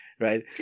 right